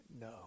no